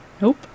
Nope